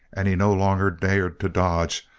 and he no longer dared to dodge,